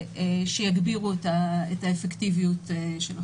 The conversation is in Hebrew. שיגבירו את האפקטיביות של החוק.